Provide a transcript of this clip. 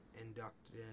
Inducted